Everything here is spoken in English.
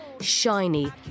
shiny